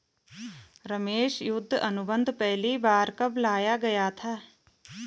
रमेश युद्ध अनुबंध पहली बार कब लाया गया था?